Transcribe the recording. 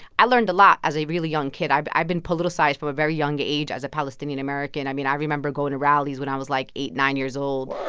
i learned a lot as a really young kid. i've i've been politicized from a very young age as a palestinian-american. i mean, i remember going to rallies when i was, like, eight, nine years old.